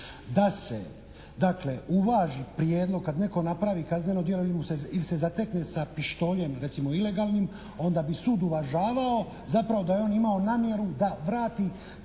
dakle uvaži prijedlog kad netko napravi kazneno djelo ili se zatekne sa pištoljem recimo ilegalnim onda bi sud uvažavao zapravo da je on imao namjeru da vrati